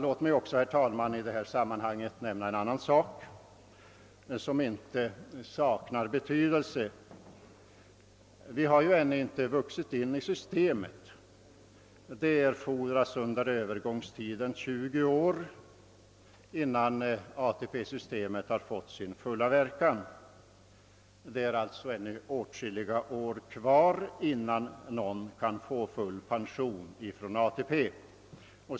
Låt mig också, herr talman, i detta sammanhang nämna en annan sak som inte saknar betydelse. Vi har ju ännu inte vuxit in i systemet. Det fordras en övergångstid av 20 år innan ATP-systemet har fått sin fulla verkan. Det dröjer alltså åtskilliga år innan någon kan få full pension från ATP.